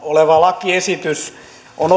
oleva lakiesitys on